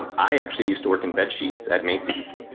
and i actually used to work in bed sheets at macy's.